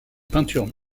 peintures